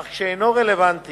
אך כשאינו רלוונטי